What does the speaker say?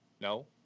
no